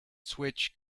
switch